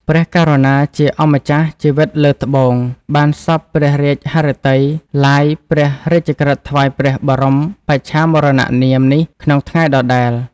ព្រះករុណាជាអម្ចាស់ជីវិតលើត្បូងបានសព្វព្រះរាជហឫទ័យឡាយព្រះរាជក្រឹត្យថ្វាយព្រះបរមបច្ឆាមរណនាមនេះក្នុងថ្ងៃដដែល។